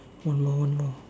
one more one more